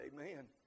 Amen